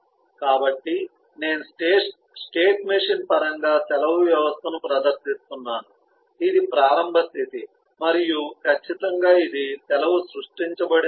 కాబట్టి నేను state machine పరంగా సెలవు వ్యవస్థను ప్రదర్శిస్తున్నాను ఇది ప్రారంభ స్థితి మరియు ఖచ్చితంగా ఇది సెలవు సృష్టించబడిన స్థితి